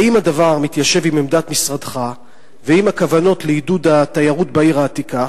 האם הדבר מתיישב עם עמדת משרדך ועם הכוונות לעידוד התיירות בעיר העתיקה,